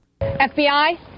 FBI